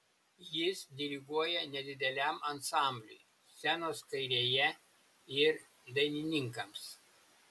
jis diriguoja nedideliam ansambliui scenos kairėje ir dainininkams